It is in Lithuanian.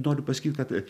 noriu pasakyt kad